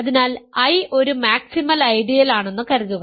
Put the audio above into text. അതിനാൽ I ഒരു maximal ഐഡിയലാണെന്ന് കരുതുക